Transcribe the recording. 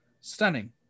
Stunning